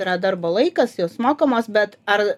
yra darbo laikas jos mokamos bet ar